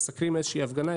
מסקרים איזושהי הפגנה,